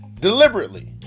deliberately